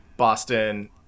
Boston